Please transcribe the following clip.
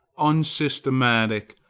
unsystematic,